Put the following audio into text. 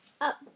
up